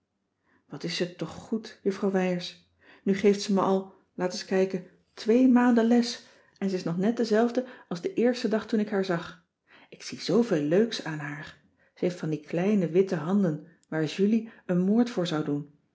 wat is ze toch goed juffrouw wijers nu geeft ze me al laat és kijken twee maanden les en ze is nog cissy van marxveldt de h b s tijd van joop ter heul net dezelfde als den eersten dag toen ik haar zag ik zie zooveel leuks aan haar ze heeft van die kleine witte handen waar julie een moord voor zou doen